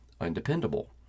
undependable